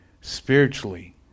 spiritually